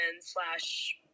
slash